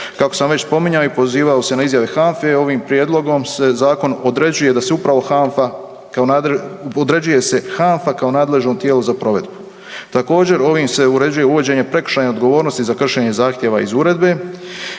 Kako sam već spominjao i pozivao se na izjave HANFA-e, ovim Prijedlogom se zakon određuje da se upravo HANFA kao .../nerazumljivo/... određuje se HANFA kao nadležno tijelo za provedbu. Također, ovim se uređuje uvođenje prekršajne odgovornosti za kršenje zahtjeva iz Uredbe